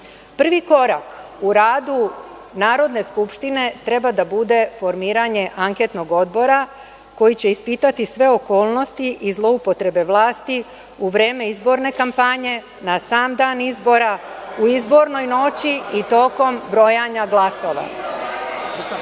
Prvi korak u radu Narodne skupštine treba da bude formiranje anketnog odbora koji će ispitati sve okolnosti i zloupotrebe vlasti u vreme izborne kampanje, na sam dan izbora, u izbornoj noći i tokom brojanja glasova.